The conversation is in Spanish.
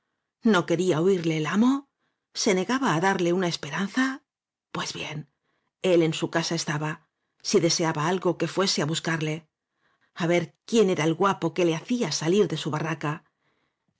no quería oirle el amo se negaba á darle una esperanza ués jbien él en su casa estaba si deseaba algo qué fuese á buscarle a ver quién era el guapo que le hacía salir de su barraca